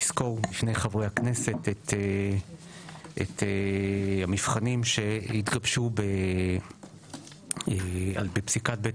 לסקור בפני חברי הכנסת את המבחנים שהתגבשו בפסיקת בית